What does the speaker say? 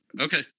okay